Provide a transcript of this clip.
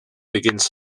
begins